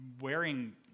wearing